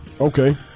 Okay